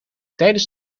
tijdens